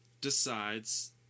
decides